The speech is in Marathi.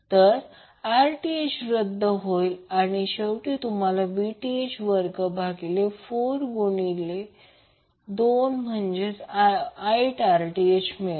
तर 1 Rth रद्द होईल आणि शेवटी तुम्हाला Vth वर्ग भागिले 4 गुणिले 2 म्हणजेच 8 Rth मिळेल